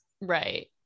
right